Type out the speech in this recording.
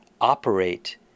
operate